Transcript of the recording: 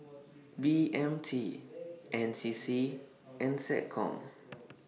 B M T N C C and Seccom